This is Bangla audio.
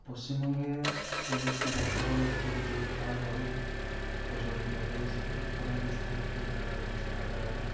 পশ্চিমবঙ্গে প্রযুক্তি বর্তমানে খুব জোরদারভাবেই প্রচলিত হয়েছে এর ফলে স্থায়িত্ব যারা রয়েছে তাদের অনেক